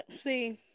see